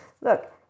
look